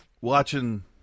watching